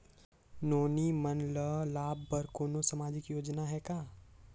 नोनी मन ल लाभ बर कोनो सामाजिक योजना हे का?